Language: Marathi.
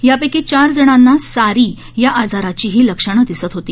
यापैकी चार जणांना सारी या आजाराचीही लक्षणं दिसत होती